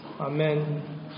Amen